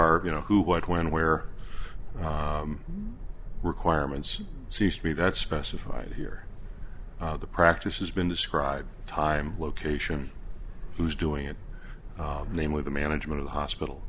our you know who what when where requirements cease to be that specified here the practice has been described time location who's doing it namely the management of the hospital